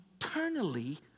eternally